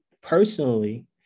personally